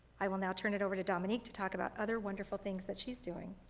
i will now turn it over to dominique to talk about other wonderful things that she's doing.